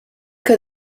que